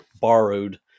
borrowed